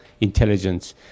intelligence